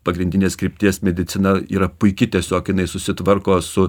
pagrindinės krypties medicina yra puiki tiesiog jinai susitvarko su